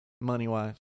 money-wise